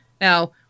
Now